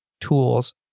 tools